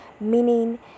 meaning